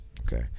Okay